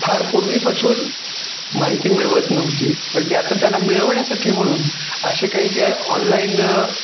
फार पूर्वीपासून माहिती मिळवत नव्हती पण ती आता त्यांना मिळवण्यासाठी म्हणून असे काही जे ऑनलाईन